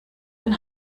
ein